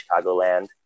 Chicagoland